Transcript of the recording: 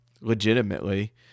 Legitimately